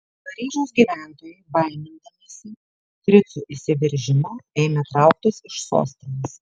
paryžiaus gyventojai baimindamiesi fricų įsiveržimo ėmė trauktis iš sostinės